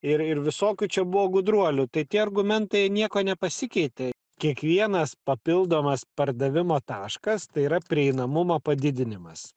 ir ir visokių čia buvo gudruolių tai tie argumentai niekuo nepasikeitė kiekvienas papildomas pardavimo taškas tai yra prieinamumo padidinimas